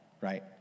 right